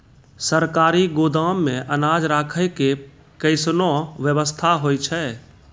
सरकारी गोदाम मे अनाज राखै के कैसनौ वयवस्था होय छै?